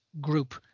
group